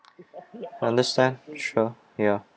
understand sure ya